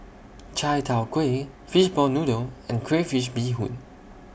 Chai Tow Kuay Fishball Noodle and Crayfish Beehoon